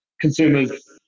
consumers